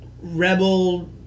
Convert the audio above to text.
rebel